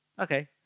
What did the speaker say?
Okay